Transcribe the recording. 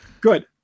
Good